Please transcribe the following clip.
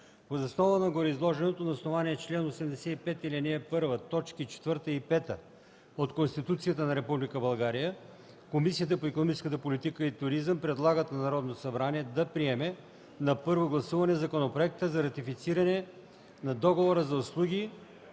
Въз основа на гореизложеното и на основание чл. 85, ал. 1, т. 4 и 5 от Конституцията на Република България, Комисията по икономическата политика и туризъм предлага на Народното събрание да приеме на първо гласуване Законопроект за ратифициране на Договора за услуги